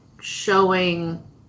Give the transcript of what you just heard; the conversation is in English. showing